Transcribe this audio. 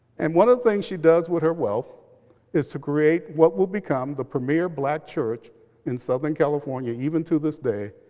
and one of the things she does with her wealth is to create what will become the premier black church in southern california even to this day,